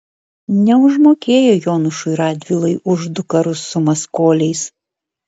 neužmokėjo jonušui radvilai už du karus su maskoliais